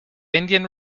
indian